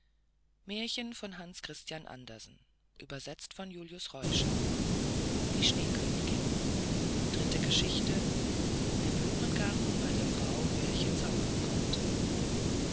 der schneekönigin dritte geschichte der blumengarten bei der frau welche zaubern konnte